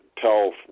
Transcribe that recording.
tell